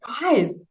guys